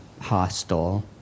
hostile